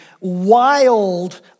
wild